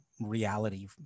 reality